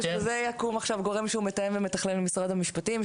בשביל זה יקום עכשיו גורם שהוא מתאם ומתכלל ממשרד המשפטים,